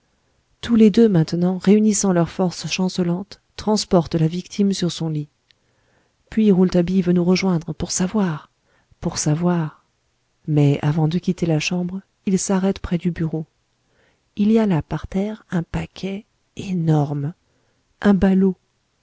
tous les deux maintenant réunissant leurs forces chancelantes transportent la victime sur son lit puis rouletabille veut nous rejoindre pour savoir pour savoir mais avant de quitter la chambre il s'arrête près du bureau il y a là par terre un paquet énorme un ballot